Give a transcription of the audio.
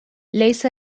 ليس